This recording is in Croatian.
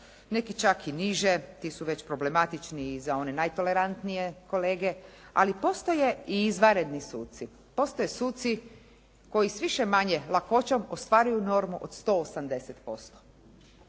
neki čak i niže, ti su već i problematični i za one najtolerantnije kolege ali postoje i izvanredni suci, postoje suci koji s više-manje lakoćom ostvaruju normu od 180%.